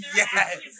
yes